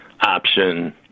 option